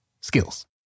skills